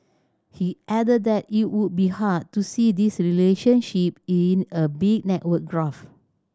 he added that it would be hard to see this relationship in a big network graph